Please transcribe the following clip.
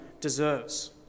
deserves